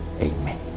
Amen